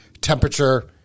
temperature